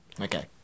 Okay